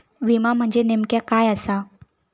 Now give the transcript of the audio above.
विमा म्हणजे नेमक्या काय आसा?